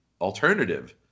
alternative